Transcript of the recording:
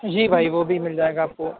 جی بھائی وہ بھی مِل جائے آپ کو